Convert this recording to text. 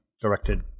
directed